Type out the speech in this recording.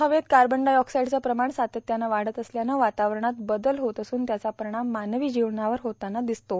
हवेत काबनडाय ऑक्साईडचं प्रमाण सातत्यानं वाढत असल्यानं वातावरणात बदल होत असून त्याचा पर्पारणाम मानवी जीवनावर होताना दिदसतो